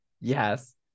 Yes